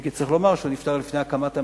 אם כי צריך לומר שהוא נפטר לפני הקמת המדינה.